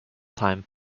time